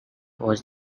was